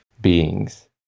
beings